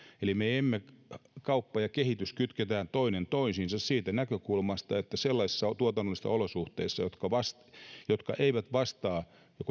eli kauppa ja kehitys kytketään toinen toisiinsa siitä näkökulmasta että sellaisissa tuotannollisissa olosuhteissa jotka joko eivät vastaa